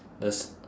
the s~